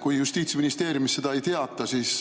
Kui Justiitsministeeriumis seda ei teata, siis